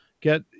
get